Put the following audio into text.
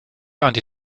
anti